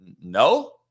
no